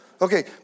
Okay